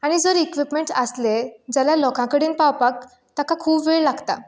आनी जर इक्वीपमेन्ट्स आसले जाल्यार लोकां कडेन पावपाक ताका खूब वेळ लागता